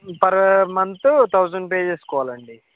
per month thousand pay చేసుకోవాలండి